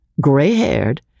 gray-haired